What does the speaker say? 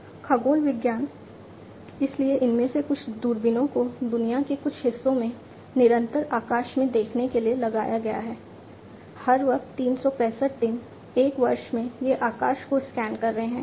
खगोल विज्ञान इसलिए इनमें से कुछ दूरबीनों को दुनिया के कुछ हिस्सों में निरंतर आकाश में देखने के लिए लगाया गया है हर वक्त 365 दिन एक वर्ष में ये आकाश को स्कैन कर रहे हैं